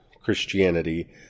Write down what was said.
Christianity